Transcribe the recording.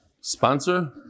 Sponsor